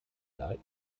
leid